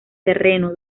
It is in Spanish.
terreno